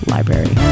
Library